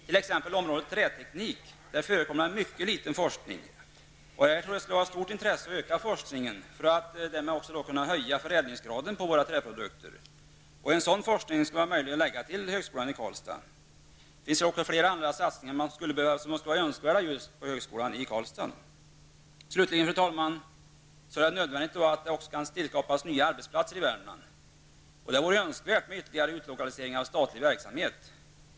T.ex. inom området träteknik förekommer mycket litet forskning. I detta sammanhang tror jag att det skulle vara av stort intresse att öka forskningen för att därmed kunna höja förädlingsgraden på våra träprodukter. En sådan forskning skulle möjligen kunna förläggas till högskolan i Karlstad. Det finns även andra satsningar som skulle vara önskvärda på högskolan i Karlstad. Fru talman! Slutligen är det nödvändigt att tillskapa nya arbetsplatser i Värmland. Det vore önskvärt med ytterligare utlokalisering av statlig verksamhet.